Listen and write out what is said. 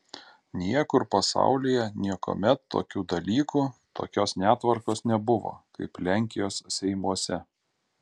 niekur pasaulyje niekuomet tokių dalykų tokios netvarkos nebuvo kaip lenkijos seimuose